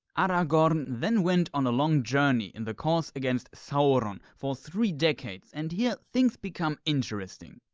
aragorn then went on a long journey in the cause against sauron for three decades and here things become interesting.